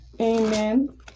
amen